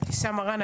אבתיסאם מראענה,